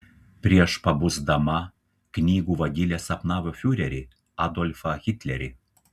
prieš pabusdama knygų vagilė sapnavo fiurerį adolfą hitlerį